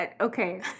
Okay